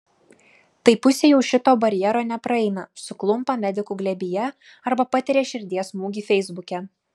tai pusė jau šito barjero nepraeina suklumpa medikų glėbyje arba patiria širdies smūgį feisbuke